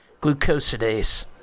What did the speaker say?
Glucosidase